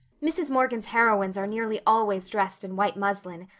mrs. morgan's heroines are nearly always dressed in white muslin,